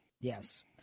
yes